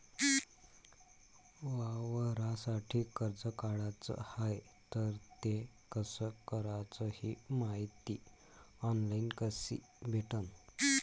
वावरासाठी कर्ज काढाचं हाय तर ते कस कराच ही मायती ऑनलाईन कसी भेटन?